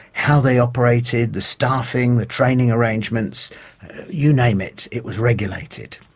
how they operated, the staffing, the training arrangements you name it, it was regulated.